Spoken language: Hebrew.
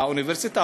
האוניברסיטה,